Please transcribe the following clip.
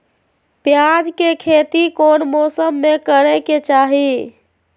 प्याज के खेती कौन मौसम में करे के चाही?